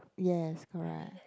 yes correct